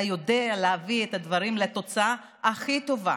אתה יודע להביא את הדברים לתוצאה הכי טובה.